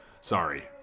sorry